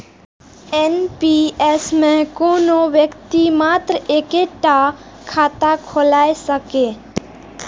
NPS मे कोनो व्यक्ति मात्र एक्के टा खाता खोलाए सकैए